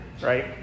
right